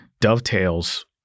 dovetails